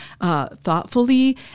thoughtfully